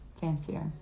fancier